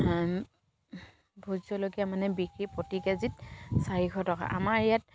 vote jolokia মানে বিক্ৰী প্ৰতি কে জিত চাৰিশ টকা আমাৰ ইয়াত